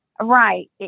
right